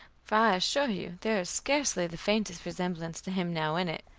for i assure you there is scarcely the faintest resemblance to him now in it.